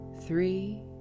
Three